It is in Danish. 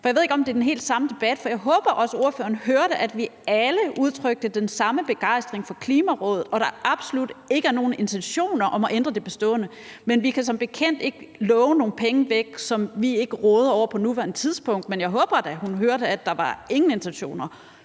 Jeg ved ikke, om det er den samme debat, vi har hørt, for jeg håber, at ordføreren også hørte, at vi alle udtrykte den samme begejstring for Klimarådet, og at der absolut ikke er nogen intentioner om at ændre det bestående. Men vi kan som bekendt ikke love nogle penge væk, som vi ikke råder over på nuværende tidspunkt. Men jeg håber da, at hun hørte, er der ingen intentioner